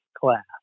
class